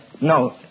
No